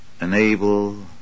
enable